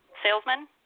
Salesman